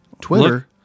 Twitter